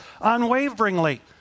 unwaveringly